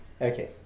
Okay